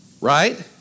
right